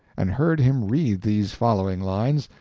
and heard him read these following lines,